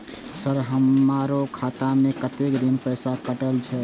Sir हमारो खाता में कतेक दिन पैसा कटल छे?